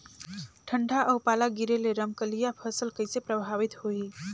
ठंडा अउ पाला गिरे ले रमकलिया फसल कइसे प्रभावित होही?